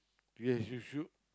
yes you should